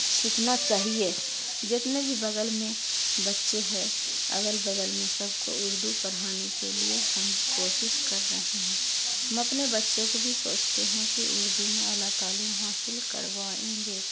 سیکھنا چاہیے جتنے بھی بغل میں بچے ہے اگل بغل میں سب کو اردو پرھانے کے لیے ہم کوشش کر رہے ہیں ہم اپنے بچے کو بھی سوچتے ہیں کہ اردو میں اعلیٰ تعلیم حاصل کروائیں گے